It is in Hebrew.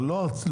אבל לא הרצאות.